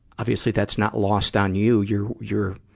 obviously, that's not lost on you. you're, you're,